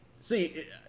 See